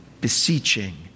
beseeching